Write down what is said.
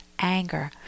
anger